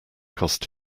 cost